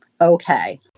okay